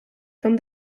from